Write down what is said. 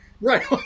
right